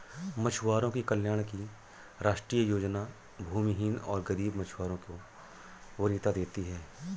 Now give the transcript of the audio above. मछुआरों के कल्याण की राष्ट्रीय योजना भूमिहीन और गरीब मछुआरों को वरीयता देती है